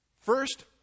first